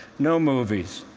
no movies,